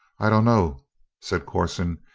i dunno, said corson.